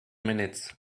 minutes